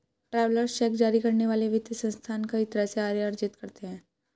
travellers cheque जारी करने वाले वित्तीय संस्थान कई तरह से आय अर्जित करते हैं